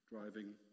Driving